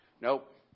Nope